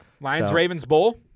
Lions-Ravens-Bowl